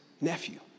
nephew